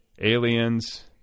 aliens